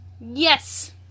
Yes